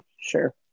sure